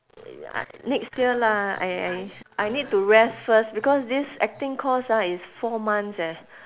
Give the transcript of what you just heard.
next year lah I I I need to rest first because this acting course ah is four months eh